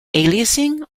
aliasing